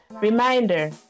Reminder